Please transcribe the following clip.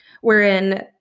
wherein